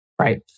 right